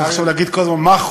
צריך עכשיו להגיד כל הזמן "מכלוף",